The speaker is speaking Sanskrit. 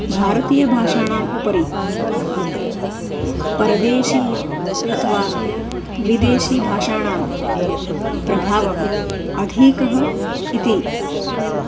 भारतीयभाषाणाम् उपरि परदेशीयः अथवा विदेशीभाषाणां प्रभावः अधिकः इति